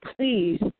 Please